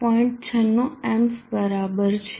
96 AIIMS બરાબર છે